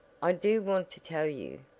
i do want to tell you,